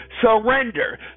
Surrender